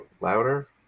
Louder